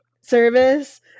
service